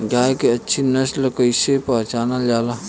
गाय के अच्छी नस्ल कइसे पहचानल जाला?